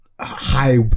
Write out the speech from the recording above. high